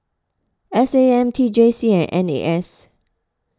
S A M T J C and N A S